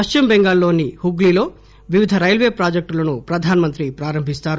పశ్చిమ బెంగాల్ లోని హుగ్లీ లో వివిధ రైల్వే ప్రాజెక్టులను ప్రధానమంత్రి ప్రారంభిస్తారు